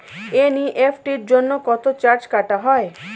NEFT জন্য কত charge কাটা হয়?